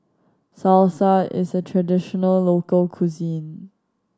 salsa is a traditional local cuisine